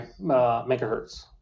megahertz